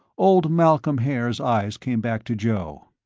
old malcolm haer's eyes came back to joe.